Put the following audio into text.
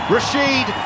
Rashid